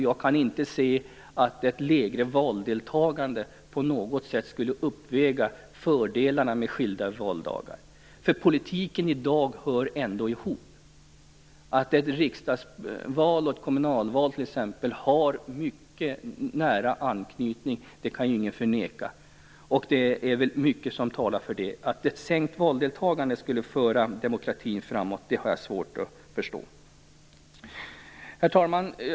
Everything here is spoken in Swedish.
Jag kan inte se att ett lägre valdeltagande på något sätt skulle uppväga fördelarna med skilda valdagar. Politiken i dag hör ändå ihop. Att ett riksdagsval och ett kommunalval t.ex. har mycket nära anknytning till varandra kan ju ingen förneka. Det är därför mycket som talar för gemensam valdag. Att ett sänkt valdeltagande skulle föra demokratin framåt har jag svårt att förstå. Herr talman!